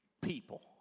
People